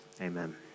Amen